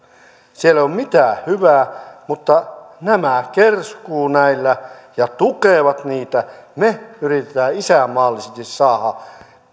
siellä ei ole mitään hyvää mutta nämä kerskuvat näillä ja tukevat niitä me yritämme isänmaallisesti saada